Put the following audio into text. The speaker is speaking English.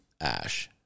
Ash